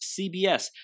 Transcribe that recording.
CBS